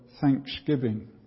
thanksgiving